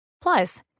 Plus